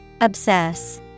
Obsess